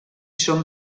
són